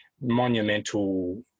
monumental